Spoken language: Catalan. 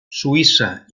suïssa